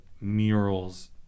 murals